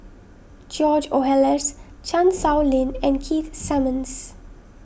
George Oehlers Chan Sow Lin and Keith Simmons